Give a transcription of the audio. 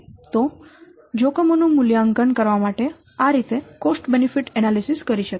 તો જોખમો નું મૂલ્યાંકન કરવા માટે આ રીતે કોસ્ટ બેનિફીટ એનાલિસીસ કરી શકાય છે